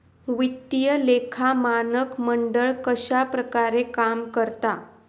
वित्तीय लेखा मानक मंडळ कश्या प्रकारे काम करता?